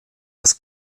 das